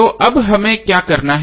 तो अब हमें क्या करना है